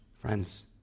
Friends